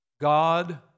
God